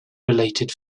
related